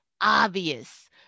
obvious